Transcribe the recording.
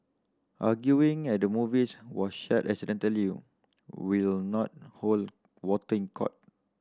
arguing and the movies was shared accidentally will not hold water in court